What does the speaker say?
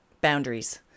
boundaries